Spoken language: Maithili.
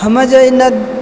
हमे जे ई ने